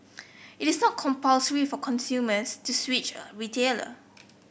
it is not compulsory for consumers to switch a retailer